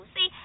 See